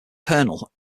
colonel